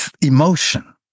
emotion